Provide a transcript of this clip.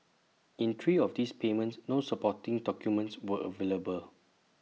in three of these payments no supporting documents were available